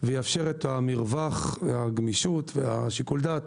ויאפשר את מרווח הגמישות ושיקול דעת